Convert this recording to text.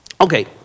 okay